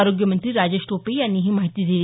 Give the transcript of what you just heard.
आरोग्यमंत्री राजेश टोपे यांनी ही माहिती दिली